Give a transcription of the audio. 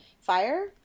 fire